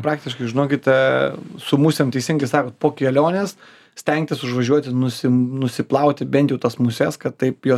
praktiškai žinokit su musėm teisingai sakot po kelionės stengtis užvažiuoti nusiplauti bent jau tas muses kad taip jos nepriliptų ir